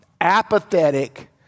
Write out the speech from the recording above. apathetic